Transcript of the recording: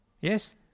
Yes